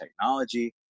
technology